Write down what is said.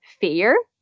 fear